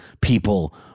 people